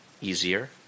easier